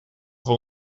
voor